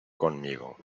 conmigo